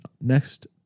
next